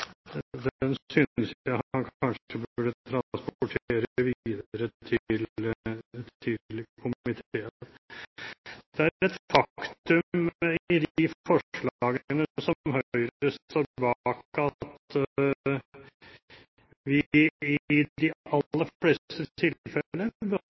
Den synes jeg han kanskje burde transportere videre til komiteen. Det er et faktum i de forslagene som Høyre står bak, at vi i de